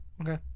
Okay